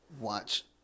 watch